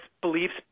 beliefs